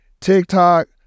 TikTok